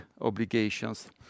obligations